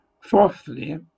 Fourthly